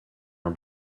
her